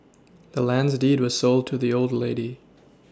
the land's deed was sold to the old lady